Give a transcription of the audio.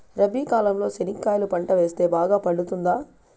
రబి కాలంలో చెనక్కాయలు పంట వేస్తే బాగా పండుతుందా?